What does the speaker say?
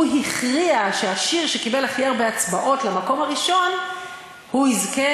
הכריע שהשיר שקיבל הכי הרבה הצבעות למקום הראשון יזכה,